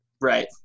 Right